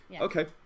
Okay